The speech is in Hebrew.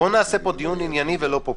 בואו נעשה פה דיון ענייני ולא פופוליסטי.